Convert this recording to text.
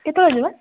କେତେବେଳେ ଯିବା